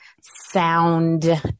sound